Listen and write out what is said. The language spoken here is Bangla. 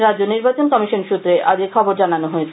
রাজ্য নির্বাচন কমিশন সূত্রে আজ এখবর জানা গেছে